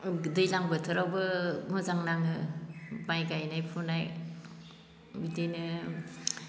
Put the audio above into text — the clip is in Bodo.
दैज्लां बोथोरावबो मोजां नाङो माइ गायना फुनाय बिदिनो